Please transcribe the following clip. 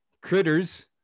Critters